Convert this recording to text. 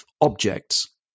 objects